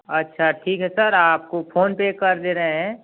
अच्छा ठीक है सर आपको फ़ोनपे कर दे रहे हैं